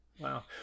Wow